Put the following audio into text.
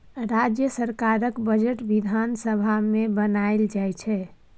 राज्य सरकारक बजट बिधान सभा मे बनाएल जाइ छै